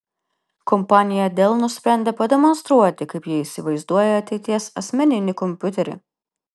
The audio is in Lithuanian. kompanija dell nusprendė pademonstruoti kaip ji įsivaizduoja ateities asmeninį kompiuterį